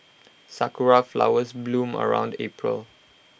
Sakura Flowers bloom around April